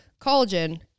Collagen